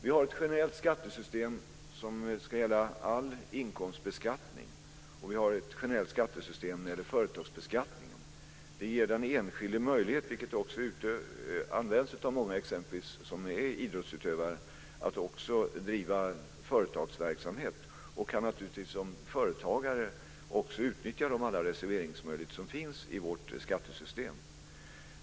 Vi har ett generellt skattesystem som ska gälla all inkomstbeskattning, och vi har ett generellt skattesystem när det gäller företagsbeskattning. Det ger den enskilde möjlighet att driva företagsverksamhet, vilket också många idrottsutövare använder sig av. Som företagare kan de naturligtvis även utnyttja alla de reserveringsmöjligheter som finns i vårt skattesystem.